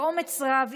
באומץ רב,